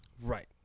Right